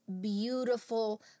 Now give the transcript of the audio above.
beautiful